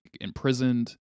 imprisoned